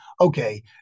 okay